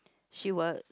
she will